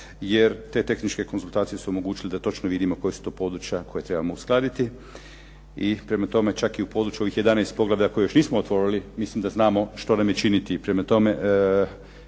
jer te tehničke konzultacije su omogućile da točno vidimo koja su to područja koja trebamo uskladiti i prema tome, čak i u području ovih 11 poglavlja koja još nismo otvorili, mislim da znamo što nam je činiti.